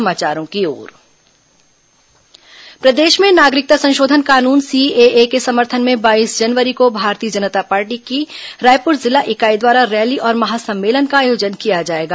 CAA rally प्रदेश में नागरिकता संशोधन कानून सीएए के समर्थन में बाईस जनवरी को भारतीय जनता पार्टी की रायपुर जिला इकाई द्वारा रैली और महासम्मेलन का आयोजन किया जाएगा